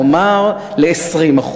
נאמר ל-20%.